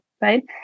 Right